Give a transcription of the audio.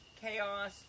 Chaos